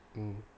mmhmm